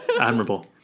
Admirable